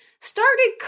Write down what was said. started